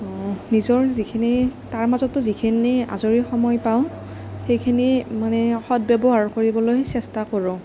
নিজৰ যিখিনি তাৰ মাজতো যিখিনি আজৰি সময় পাওঁ সেইখিনি মানে সৎ ব্যৱহাৰ কৰিবলৈ চেষ্টা কৰোঁ